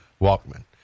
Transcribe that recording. Walkman